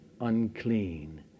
unclean